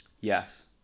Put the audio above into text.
Yes